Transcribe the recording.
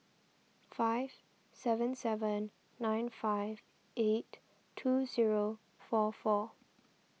five seven seven nine five eight two zero four four